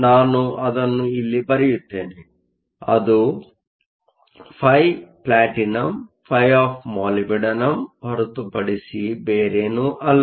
ನಾನು ಅದನ್ನು ಇಲ್ಲಿ ಬರೆಯುತ್ತೇನೆ ಅದು φPt φMo ಹೊರತುಪಡಿಸಿ ಬೇರೇನೂ ಅಲ್ಲ